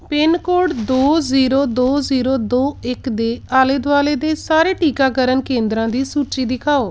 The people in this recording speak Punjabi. ਪਿੰਨਕੋਡ ਦੋ ਜ਼ੀਰੋ ਦੋ ਜ਼ੀਰੋ ਦੋ ਇੱਕ ਦੇ ਆਲੇ ਦੁਆਲੇ ਦੇ ਸਾਰੇ ਟੀਕਾਕਰਨ ਕੇਂਦਰਾਂ ਦੀ ਸੂਚੀ ਦਿਖਾਓ